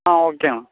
ആ ഓക്കെയാണ്